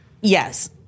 yes